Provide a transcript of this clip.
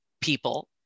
people